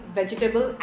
vegetable